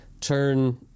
turn